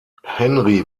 henri